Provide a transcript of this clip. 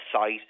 site